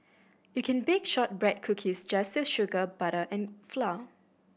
you can bake shortbread cookies just with sugar butter and flour